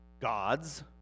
gods